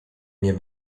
nie